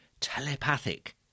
telepathic